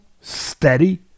steady